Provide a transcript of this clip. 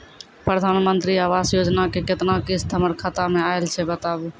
प्रधानमंत्री मंत्री आवास योजना के केतना किस्त हमर खाता मे आयल छै बताबू?